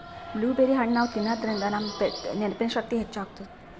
blueberry ಹಣ್ಣ್ ನಾವ್ ತಿನ್ನಾದ್ರಿನ್ದ ನಮ್ ನೆನ್ಪಿನ್ ಶಕ್ತಿ ಹೆಚ್ಚ್ ಆತದ್